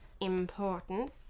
important